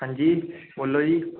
अंजी बोल्लो जी